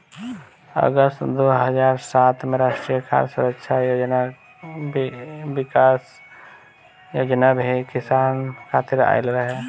अगस्त दू हज़ार सात में राष्ट्रीय खाद्य सुरक्षा योजना भी किसान खातिर आइल रहे